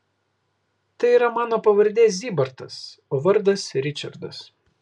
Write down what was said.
tai yra mano pavardė zybartas o vardas ričardas